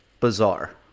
bizarre